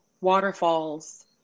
waterfalls